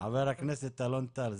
חבר הכנסת אלון טל.